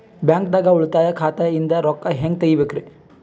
ಬ್ಯಾಂಕ್ದಾಗ ಉಳಿತಾಯ ಖಾತೆ ಇಂದ್ ರೊಕ್ಕ ಹೆಂಗ್ ತಗಿಬೇಕ್ರಿ?